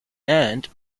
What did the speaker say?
and